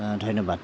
ধন্যবাদ